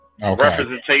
representation